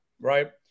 right